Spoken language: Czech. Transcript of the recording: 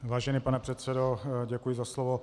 Vážený pane předsedo, děkuji za slovo.